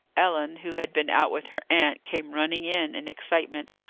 ellen, who had been out with her aunt, came running in, in excitement.